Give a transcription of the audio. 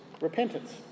repentance